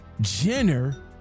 Jenner